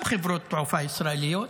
גם חברות תעופה ישראליות,